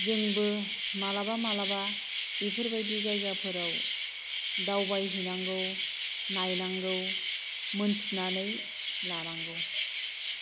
जोंबो माब्लाबा माब्लाबा बेफोरबायदि जायगाफोराव दावबायहैनांगौ नायनांगौ मिन्थिनानै लानांगौ